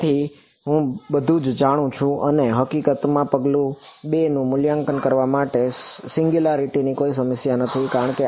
તેથી હવે હું બધું જ જાણું છું અને હકીકતમાં પગલું 2 નું મૂલ્યાંકન કરવા માટે ત્યાં સિંગયુંલારીટીની કોઈ સમસ્યા નથી કારણ કે